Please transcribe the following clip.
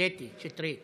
קטי שטרית